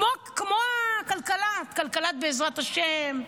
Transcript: כמו הכלכלה, כלכלת "בעזרת השם",